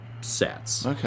sets